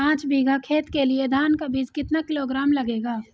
पाँच बीघा खेत के लिये धान का बीज कितना किलोग्राम लगेगा?